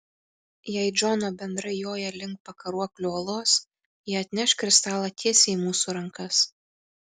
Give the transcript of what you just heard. jei džono bendrai joja link pakaruoklių uolos jie atneš kristalą tiesiai į mūsų rankas